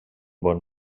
bon